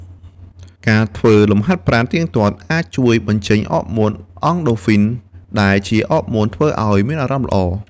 ការធ្វើលំហាត់ប្រាណទៀងទាត់អាចជួយបញ្ចេញអរម៉ូនអង់ដូហ្វីន ដែលជាអរម៉ូនធ្វើឱ្យមានអារម្មណ៍ល្អ។